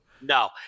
No